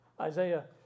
Isaiah